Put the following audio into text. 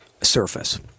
surface